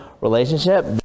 relationship